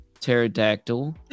pterodactyl